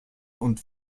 und